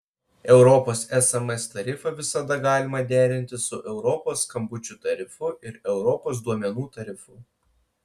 europos sms tarifą visada galima derinti su europos skambučių tarifu ir europos duomenų tarifu